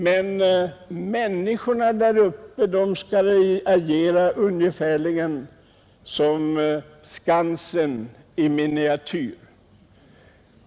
Och människorna där uppe skall agera ungefärligen som Skansen i miniatyr.